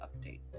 update